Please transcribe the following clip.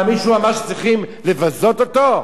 מה, מישהו אמר שצריכים לבזות אותו?